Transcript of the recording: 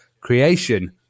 creation